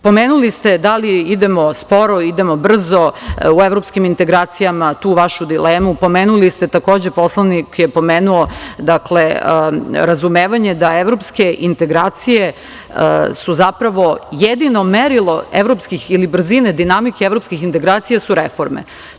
Pomenuli ste da li idemo sporo, idemo brzo u evropskim integracijama, tu vašu dilemu, pomenuli ste takođe, poslanik je pomenuo razumevanje da evropske integracije su zapravo jedino merilo evropskih ili brzine dinamike evropskih integracija su reforme.